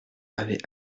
avait